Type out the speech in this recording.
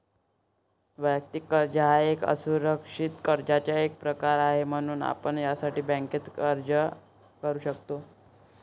वैयक्तिक कर्ज हा एक असुरक्षित कर्जाचा एक प्रकार आहे, म्हणून आपण यासाठी बँकेत अर्ज करू शकता